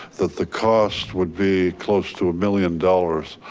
that the cost would be close to a million dollars.